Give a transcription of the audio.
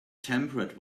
temperate